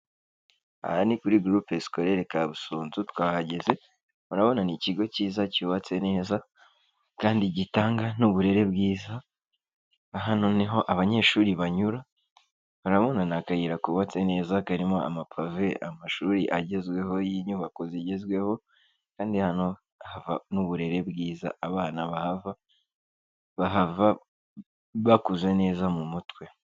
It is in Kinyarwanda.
Aha ni kuri groupe scolare Kabusunzu twahageze murabona ikigo cyiza cyubatse neza kandi gitanga n'uburere bwiza, hano niho abanyeshuri banyura murabona akayira kubatse neza karimo amapave amashuri agezweho y'inyubako zigezweho kandi hano n'uburere bwiza, abana bahava, bahava bakuza neza mu mutwe.